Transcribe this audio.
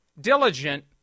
diligent